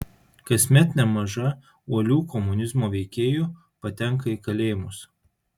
kasmet nemaža uolių komunizmo veikėjų patenka į kalėjimus